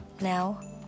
now